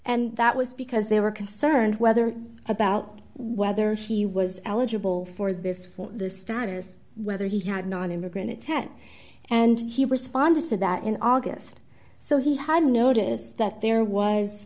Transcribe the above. and that was because they were concerned whether about whether he was eligible for this for the status whether he had nonimmigrant intent and he responded to that in august so he had noticed that there was